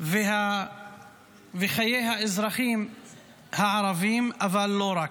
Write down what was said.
וחיי האזרחים הערבים, אבל לא רק,